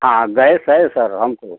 हाँ गैस है सर हमको